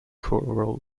choral